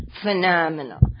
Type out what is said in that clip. Phenomenal